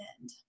end